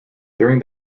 during